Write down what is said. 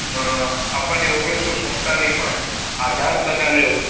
મ આપણને ઓગણીસ સો સુડતાલીસમાં આઝાદ બનાવ્યો